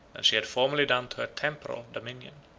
than she had formerly done to her temporal, dominion.